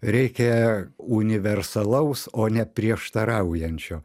reikia universalaus o ne prieštaraujančio